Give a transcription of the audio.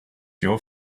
your